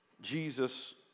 Jesus